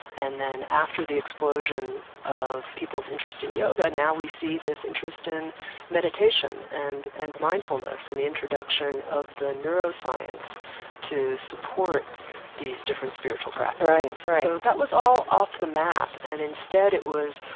and then after the explosion of peoples' interest in yoga, now we see this interest in meditation and and mindfulness and the introduction of the neuroscience to support these different spiritual practices right, right so that was all off the map and instead it was,